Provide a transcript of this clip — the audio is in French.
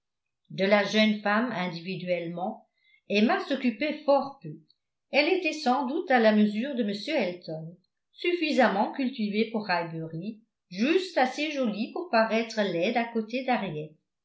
de la jeune femme individuellement emma s'occupait fort peu elle était sans doute à la mesure de m elton suffisamment cultivée pour highbury juste assez jolie pour paraître laide à côté